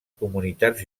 comunitats